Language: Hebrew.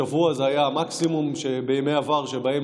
שבוע זה היה המקסימום בימי עבר שבו לא